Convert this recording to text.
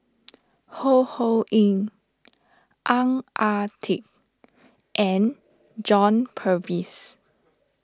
Ho Ho Ying Ang Ah Tee and John Purvis